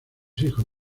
hijos